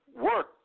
work